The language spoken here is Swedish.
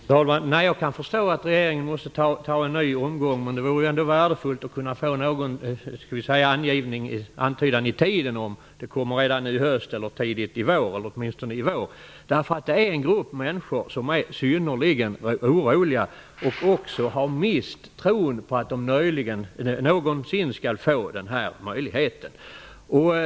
Fru talman! Jag kan förstå att regeringen måste ta en ny omgång, men det vore ändå värdefullt att få någon antydan om tiden, dvs. om förslaget beräknas komma redan i höst, tidigt under våren eller åtminstone under våren. Det handlar om en grupp som är synnerligen orolig och som också har mist tron på att den någonsin skall få denna möjlighet.